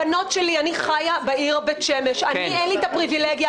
הבנות שלי אני חיה בעיר בית שמש ואין לי פריווילגיה